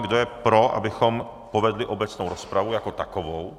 Kdo je pro, abychom vedli obecnou rozpravu jako takovou?